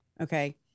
okay